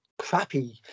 Crappy